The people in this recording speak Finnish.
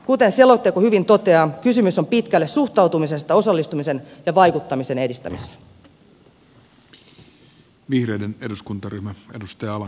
kuten selonteko hyvin toteaa kysymys on pitkälle suhtautumisesta osallistumisen ja vaikuttamisen edistämiseen